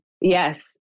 Yes